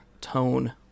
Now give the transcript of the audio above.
tone